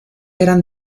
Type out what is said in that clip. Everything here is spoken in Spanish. eran